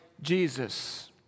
Jesus